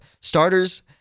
starters